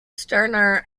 stranraer